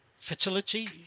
fertility